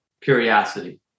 curiosity